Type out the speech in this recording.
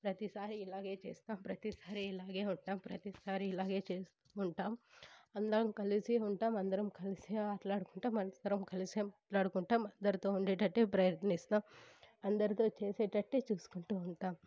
ప్రతిసారి ఇలాగే చేస్తాం ప్రతిసారి ఇలాగే ఉంటాం ప్రతిసారి ఇలాగే చేస్తు ఉంటాం అందరం కలిసి ఉంటాం అందరం కలిసే ఆటలాడుకుంటాం అందరం కలిసే మాట్లాడుకుంటాం అందరితో ఉండేటట్టు ప్రయత్నిస్తాం అందరితో చేసేటట్టు చూసుకుంటు ఉంటాం